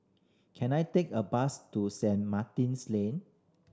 can I take a bus to Saint Martin's Lane